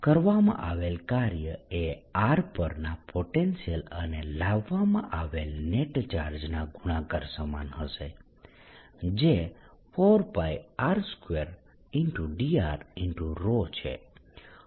કરવામાં આવેલ કાર્ય એ r પરના પોટેન્શિયલ અને લાવવામાં આવેલ નેટ ચાર્જના ગુણાકાર સમાન હશે જે 4πr2dr ρ છે